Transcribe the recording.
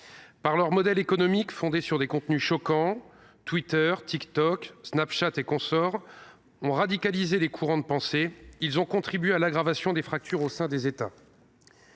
Par leur modèle économique fondé sur des contenus choquants, Twitter, TikTok, Snapchat et consorts ont radicalisé les courants de pensée. Ils ont contribué à l’aggravation des fractures au sein des États.